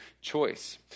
choice